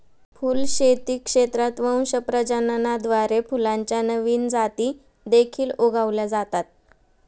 फुलशेती क्षेत्रात वंश प्रजननाद्वारे फुलांच्या नवीन जाती देखील उगवल्या जातात